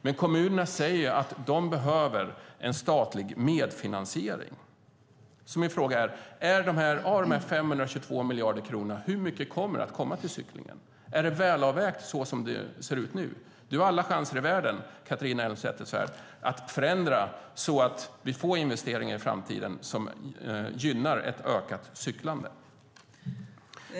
Men kommunerna säger att de behöver en statlig medfinansiering. Min fråga är: Av de 522 miljarderna, hur mycket kommer till cyklingen? Är det väl avvägt som det ser ut nu? Du har alla chanser i världen, Catharina Elmsäter-Svärd, att förändra så att vi får investeringar i framtiden som gynnar ett ökat cyklande.